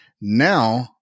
now